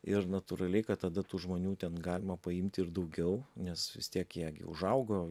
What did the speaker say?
ir natūraliai kad tada tų žmonių ten galima paimti ir daugiau nes vis tiek jie gi užaugo